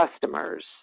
customers